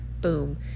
boom